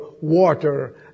water